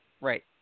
Right